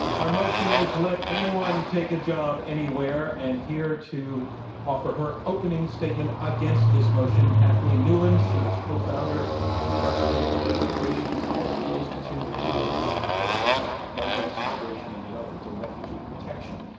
our motion is, let anyone take a job anywhere. and here to offer her opening statement against this motion, kathleen newland. she is co-founder and trustee of the migration policy institute, where she directs policy programs on migrants, migration, and development, and refugee protection.